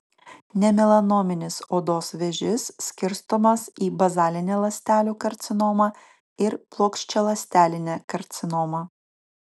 nemelanominis odos vėžys skirstomas į bazalinę ląstelių karcinomą ir plokščialąstelinę karcinomą